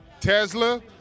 Tesla